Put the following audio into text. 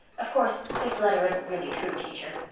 of course, this letter isn't really true, teacher.